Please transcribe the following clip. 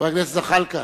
חבר הכנסת זחאלקה,